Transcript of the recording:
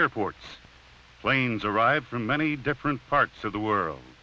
airports planes arrive from many different parts of the world